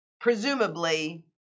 presumably